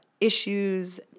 issues